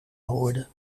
hoorde